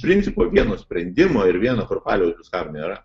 iš principo vieno sprendimo ir vieno kurpalio tam nėra